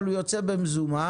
אבל הוא יוצא במזומן,